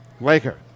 Laker